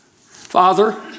Father